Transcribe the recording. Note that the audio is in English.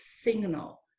signal